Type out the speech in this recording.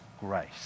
grace